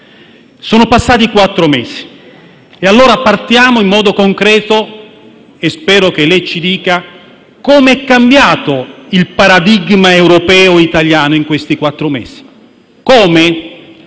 Sono passati quattro mesi e allora partiamo in modo concreto e, spero, che lei ci dica come è cambiato il paradigma europeo e italiano in questi quattro mesi. Come?